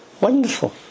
Wonderful